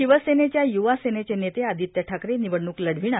शिवसेनेचे युवासेनेचे नेते आदित्य ठाकरे निवडणूक लढविणार